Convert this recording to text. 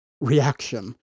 reaction